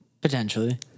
Potentially